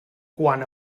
quan